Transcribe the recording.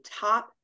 top